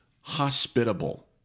hospitable